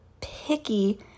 picky